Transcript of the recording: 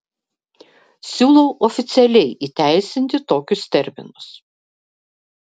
siūlau oficialiai įteisinti tokius terminus